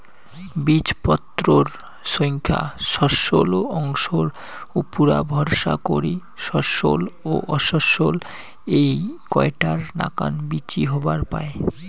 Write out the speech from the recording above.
বীজপত্রর সইঙখা শস্যল অংশর উপুরা ভরসা করি শস্যল ও অশস্যল এ্যাই কয়টার নাকান বীচি হবার পায়